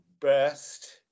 best